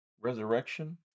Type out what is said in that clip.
resurrection